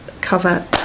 cover